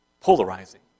Polarizing